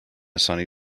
sunny